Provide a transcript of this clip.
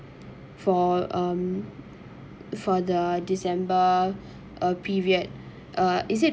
for um for the december uh period uh is it